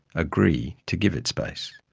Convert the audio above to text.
agree to give it space,